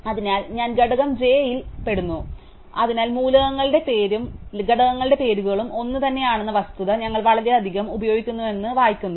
അതിനാൽ i ഘടകം j യിൽ പെടുന്നു അതിനാൽ മൂലകങ്ങളുടെ പേരുകളും ഘടകങ്ങളുടെ പേരുകളും ഒന്നുതന്നെയാണെന്ന വസ്തുത ഞങ്ങൾ വളരെയധികം ഉപയോഗിക്കുന്നുവെന്ന് ഞങ്ങൾ വായിക്കുന്നു